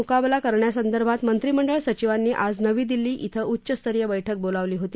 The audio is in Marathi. कोरोना विषाणूचा मुकाबला करण्यासंदर्भात मंत्रीमंडळ सचिवांनी आज नवी दिल्ली इथं उच्चस्तरीय बैठक बोलावली होती